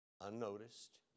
unnoticed